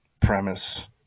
Premise